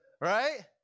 Right